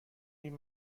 این